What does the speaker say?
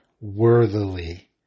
worthily